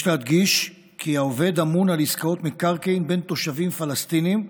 יש להדגיש כי העובד אמון על עסקאות מקרקעין בין תושבים פלסטינים,